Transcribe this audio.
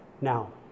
now